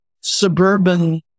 suburban